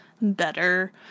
better